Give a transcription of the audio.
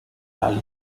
ali